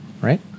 right